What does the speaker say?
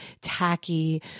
tacky